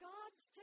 God's